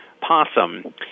possum